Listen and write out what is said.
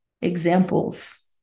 examples